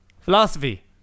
philosophy